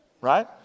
right